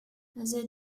they